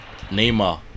neymar